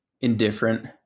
Indifferent